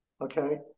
okay